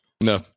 No